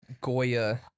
Goya